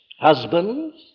husbands